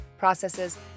Processes